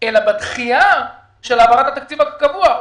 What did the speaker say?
אלא בדחייה של העברת התקציב הקבוע,